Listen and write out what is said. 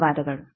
ಧನ್ಯವಾದಗಳು